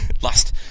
lost